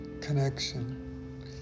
connection